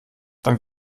dann